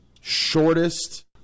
shortest